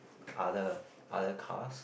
other other cars